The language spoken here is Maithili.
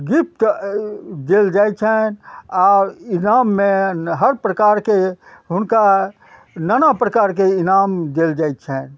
गिफ्ट देल जाइ छनि आओर इनाममे हर प्रकारके हुनका नाना प्रकारके इनाम देल जाइ छनि